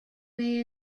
may